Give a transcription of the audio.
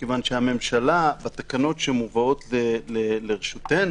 מכיוון שהממשלה, בתקנות שמובאות לאישורנו,